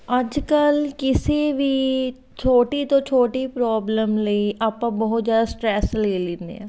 ਅੱਜ ਕੱਲ੍ਹ ਕਿਸੇ ਵੀ ਛੋਟੀ ਤੋਂ ਛੋਟੀ ਪ੍ਰੋਬਲਮ ਲਈ ਆਪਾਂ ਬਹੁਤ ਜ਼ਿਆਦਾ ਸਟਰੈਸ ਲੈ ਲੈਂਦੇ ਹਾਂ